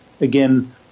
Again